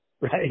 right